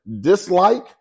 dislike